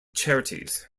charities